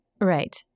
Right